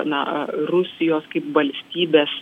na rusijos kaip valstybės